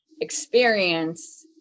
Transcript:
experience